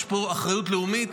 יש פה אחריות לאומית.